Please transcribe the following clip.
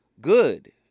good